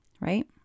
Right